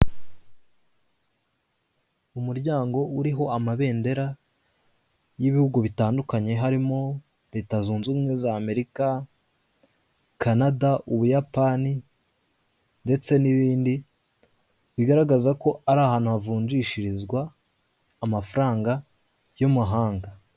Umuryango uriho amabendera y'ibihugu bitandukanye harimo Leta Zunze Ubumwe za Amerika, Kanada, Ubuyapani ndetse n'ibindi, bigaragaza ko ari ahantu havunjishirizwa amafaranga y'amahanga.